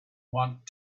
want